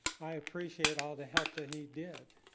i appreciate all the help that he did,